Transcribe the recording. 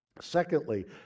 Secondly